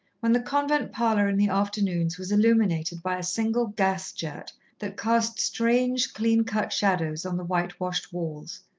when the convent parlour in the afternoons was illuminated by a single gas-jet that cast strange, clean-cut shadows on the white-washed walls.